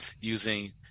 using